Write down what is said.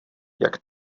jak